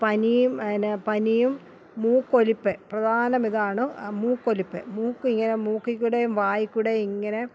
പനീം പിന്നെ പനിയും മൂക്കൊലിപ്പ് പ്രധാനമിതാണ് മൂക്കൊലിപ്പ് മുക്കിങ്ങനെ മൂക്കികൂടേം വായിക്കൂടേം ഇങ്ങനെ